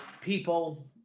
people